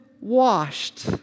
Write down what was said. washed